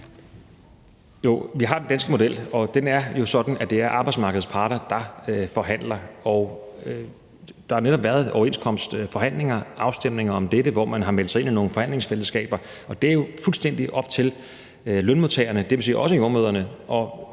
Vi har den danske model, og den er jo sådan, at det er arbejdsmarkedets parter, der forhandler. Der har netop været overenskomstforhandlinger og afstemninger om dette, hvor man har meldt sig ind i nogle forhandlingsfællesskaber, og det er jo fuldstændig op til lønmodtagerne, dvs. også jordemødrene,